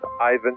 Ivan